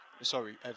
Sorry